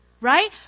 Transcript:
right